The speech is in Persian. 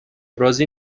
راضی